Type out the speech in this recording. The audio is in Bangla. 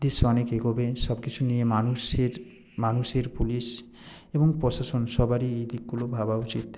দেশ অনেক এগোবে সবকিছু নিয়ে মানুষের মানুষের পুলিশ এবং প্রশাসন সবারই এই দিকগুলো ভাবা উচিত